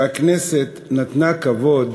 שהכנסת נתנה כבוד